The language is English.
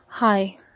Hi